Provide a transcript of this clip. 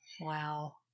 wow